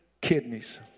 kidneys